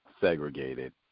segregated